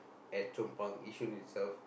at Chong-Pang Yishun itself